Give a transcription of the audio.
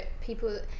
people